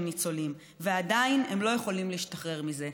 ניצולים ועדיין הם לא יכולים להשתחרר מזה".